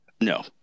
no